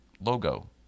logo